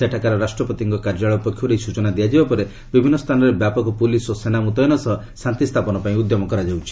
ସେଠାକାର ରାଷ୍ଟ୍ରପତିଙ୍କ କାର୍ଯ୍ୟାଳୟ ପକ୍ଷରୁ ଏହି ସ୍ଚନା ଦିଆଯିବା ପରେ ବିଭିନ୍ନ ସ୍ଥାନରେ ବ୍ୟାପକ ପୁଲିସ୍ ଓ ସେନା ମୁତୟନ ସହ ଶାନ୍ତିସ୍ଥାପନ ପାଇଁ ଉଦ୍ୟମ କରାଯାଉଛି